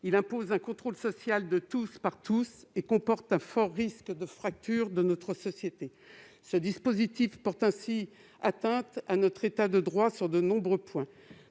Il impose un contrôle social de tous par tous et comporte un fort risque de fracture de notre société. Ce dispositif porte atteinte à notre État de droit sur de nombreux points.